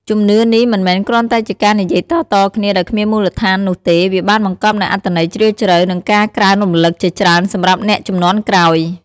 ជំនឿនេះមិនមែនគ្រាន់តែជាការនិយាយតៗគ្នាដោយគ្មានមូលដ្ឋាននោះទេ វាបានបង្កប់នូវអត្ថន័យជ្រាលជ្រៅ និងការក្រើនរំលឹកជាច្រើនសម្រាប់អ្នកជំនាន់ក្រោយ។